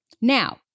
Now